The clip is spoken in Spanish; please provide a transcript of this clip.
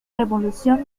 revolución